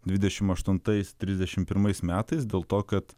dvidešim aštuntais trisdešim pirmais metais dėl to kad